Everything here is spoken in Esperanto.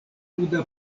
nuda